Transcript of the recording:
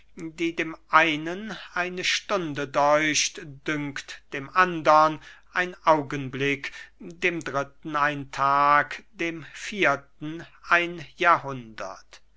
die dem einen eine stunde däuchte dünkt dem andern ein augenblick dem dritten ein tag dem vierten ein jahrhundert